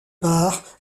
bar